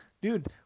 Dude